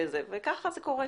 וככה זה קורה.